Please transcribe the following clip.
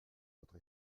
votre